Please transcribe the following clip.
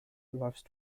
läufst